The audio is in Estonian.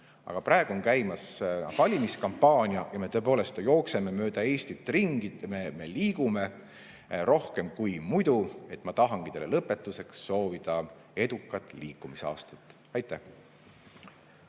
aga praegu on käimas valimiskampaania ja me tõepoolest jookseme mööda Eestit ringi ja liigume rohkem kui muidu. Ma tahangi teile lõpetuseks soovida edukat liikumisaastat. Aitäh!